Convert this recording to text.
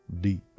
deep